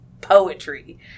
poetry